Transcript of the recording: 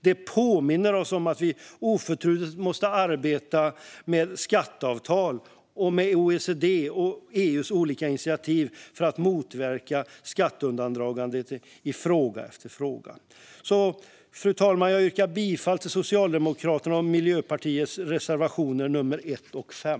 Detta påminner oss om att vi oförtrutet i fråga efter fråga måste arbeta med skatteavtal och med OECD:s och EU:s olika initiativ för att motverka skatteundandragande. Fru talman! Jag yrkar bifall till Socialdemokraternas och Miljöpartiets reservationer nr 1 och 5.